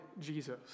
Jesus